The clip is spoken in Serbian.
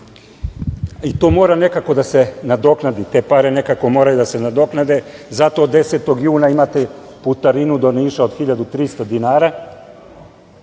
mora nekako da se nadoknadi, te pare moraju nekako da se nadoknade, zato 10. juna imate putarinu do Niša od 1.300 dinara,